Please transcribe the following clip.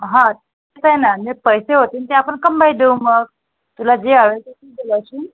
हां ठीक आहे ना ने पैसे होतील ते आपण कंबाई देऊ मग तुला जे हवं आहे ते तू बोलवशील